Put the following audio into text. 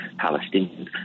Palestinians